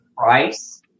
price